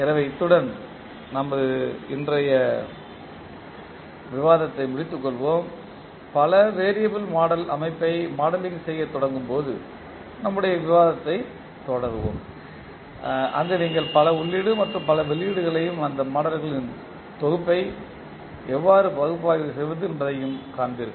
எனவே இத்துடன் நமது இன்றைய விவாதத்தை முடித்துக் கொள்வோம் பல வேறியபிள் அமைப்பை மாடலிங் செய்யத் தொடங்கும் போது நம்முடைய விவாதத்தைத் தொடருவோம் அங்கு நீங்கள் பல உள்ளீடு மற்றும் பல வெளியீடுகளையும் அந்த மாடல்களின் தொகுப்பை எவ்வாறு பகுப்பாய்வு செய்வது என்பதையும் காண்பீர்கள்